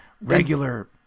regular